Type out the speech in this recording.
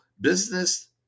business